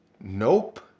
nope